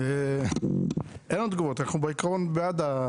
אז בואו נקל על הבירוקרטיה;